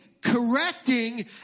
correcting